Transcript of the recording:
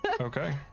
Okay